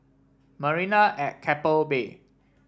Marina at Keppel Bay